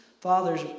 Fathers